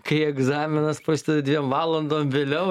kai egzaminas prasideda dviem valandom vėliau